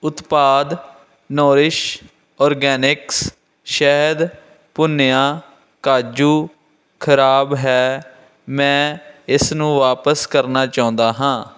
ਉਤਪਾਦ Nourish Organics ਸ਼ਹਿਦ ਭੁੰਨਿਆ ਕਾਜੂ ਖਰਾਬ ਹੈ ਮੈਂ ਇਸਨੂੰ ਵਾਪਸ ਕਰਨਾ ਚਾਹੁੰਦਾ ਹਾਂ